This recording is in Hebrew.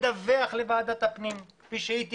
ולדווח לוועדת הפנים על פי מועדים שהיא תקבע.